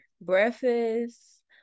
breakfast